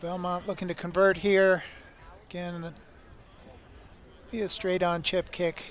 belmont looking to convert here again he is straight on chip kick